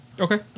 Okay